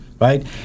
right